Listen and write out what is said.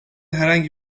herhangi